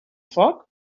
foc